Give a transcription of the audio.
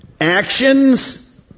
actions